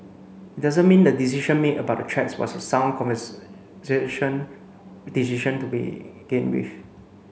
it doesn't mean the decision made about the tracks was a sound conversation decision to begin with